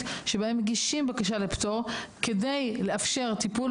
שבהם מגישים בקשה לפטור כדי לאפשר טיפול,